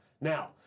Now